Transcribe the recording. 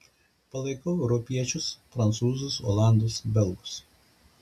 palaikau europiečius prancūzus olandus belgus